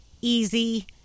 easy